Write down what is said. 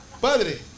padre